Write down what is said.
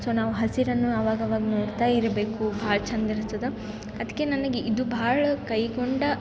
so ನಾವು ಹಸಿರನ್ನು ಆವಾಗಾವಾಗ ನೊಡ್ತಾ ಇರಬೇಕು ಭಾಳ ಚಂದ ಇರ್ತದೆ ಅದಕ್ಕೆ ನನ್ಗೆ ಇದು ಭಾಳ ಕೈಗೊಂಡ